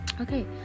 okay